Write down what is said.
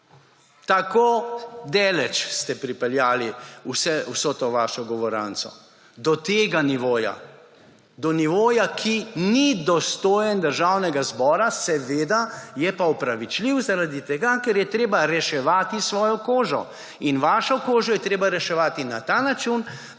Tako daleč ste pripeljali vso to vašo govoranco, do tega nivoja; do nivoja, ki ni dostojen Državnega zbora. Seveda je pa opravičljiv zaradi tega, ker je treba reševati svojo kožo. In vašo kožo je treba reševati na ta način,